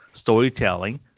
storytelling